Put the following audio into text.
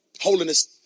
holiness